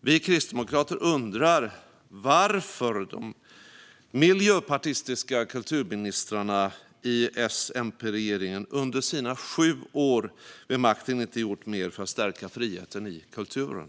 Vi kristdemokrater undrar varför de miljöpartistiska kulturministrarna i S-MP-regeringen under sina sju år vid makten inte gjort mer för att stärka friheten i kulturen.